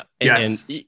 Yes